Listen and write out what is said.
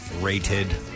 Rated